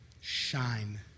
shine